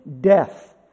death